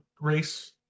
race